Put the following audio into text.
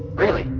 really?